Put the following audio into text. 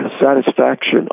satisfaction